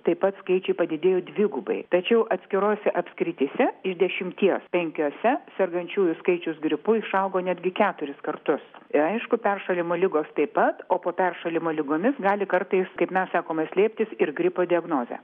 taip pat skaičiai padidėjo dvigubai tačiau atskirose apskrityse iš dešimties penkiose sergančiųjų skaičius gripu išsaugo netgi keturis kartus ir aišku peršalimo ligos taip pat o po peršalimo ligomis gali kartais kaip mes sakome slėptis ir gripo diagnozė